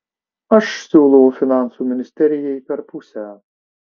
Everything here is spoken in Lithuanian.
aš siūlau finansų ministerijai per pusę